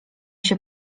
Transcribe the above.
się